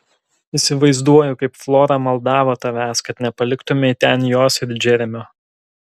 įsivaizduoju kaip flora maldavo tavęs kad nepaliktumei ten jos ir džeremio